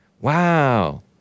Wow